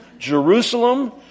Jerusalem